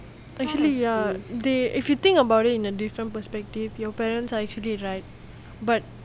actually ya they if you think about it in a different perspective your parents are actually right